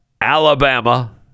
Alabama